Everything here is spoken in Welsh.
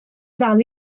ddal